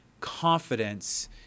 confidence